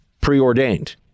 preordained